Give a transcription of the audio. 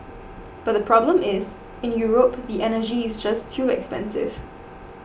but the problem is in Europe the energy is just too expensive